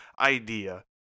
idea